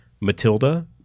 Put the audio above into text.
Matilda